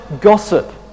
gossip